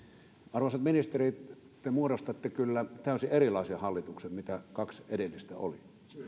arvoisat ministerit te muodostatte kyllä täysin erilaisen hallituksen kuin mitä kaksi edellistä oli